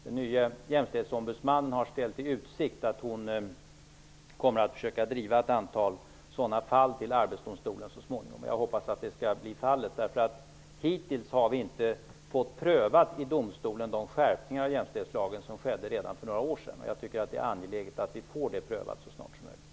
Den nya JämO har ställt i utsikt att hon kommer att försöka driva ett antal sådana fall till Arbetsdomstolen så småningom. Jag hoppas det kommer att bli fallet. Hittills har vi nämligen inte fått prövat i domstol de skärpningar av jämställdhetslagen som skedde redan för några år sedan. Det är angeläget att vi får det prövat så snart som möjligt.